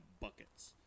buckets